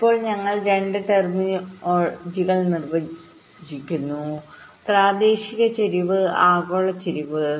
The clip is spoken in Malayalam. ഇപ്പോൾ ഞങ്ങൾ 2 ടെർമിനോളജികൾനിർവ്വചിക്കുന്നു പ്രാദേശിക ചരിവ് ആഗോള ചരിവ്